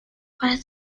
para